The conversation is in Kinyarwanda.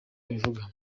abivuga